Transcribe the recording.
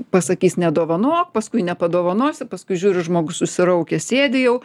pasakys nedovanok paskui nepadovanosi paskui žiūri žmogus susiraukęs sėdi jau